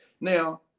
Now